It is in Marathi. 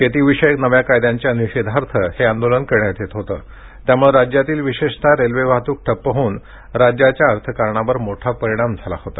शेतीविषयक नव्या कायद्यांच्या निषेधार्थ हे आंदोलन करण्यात येत होतं त्यामुळं राज्यातील विशेषतः रेल्वे वाहतूक ठप्प होऊन राज्याच्या अर्थकारणावर मोठा परिणाम झाला होता